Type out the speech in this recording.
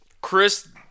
Chris